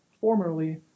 formerly